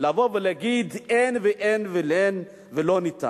לבוא ולהגיד: אין ואין ולא ניתן.